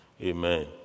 Amen